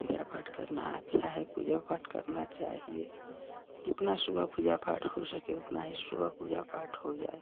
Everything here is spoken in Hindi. पूजा पाठ करना अच्छा है पूजा पाठ करना चाहिए जितना सुबह पूजा पाठ हो सके उतना ही सुबह पूजा पाठ हो जाए